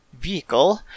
Vehicle